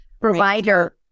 Provider